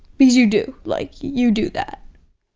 because you do. like you do that.